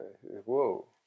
Whoa